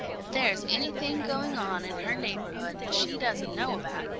if there is anything going on in her neighborhood that she doesn't know about,